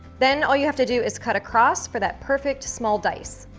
then, all you have to do is cut across for that perfect small dice.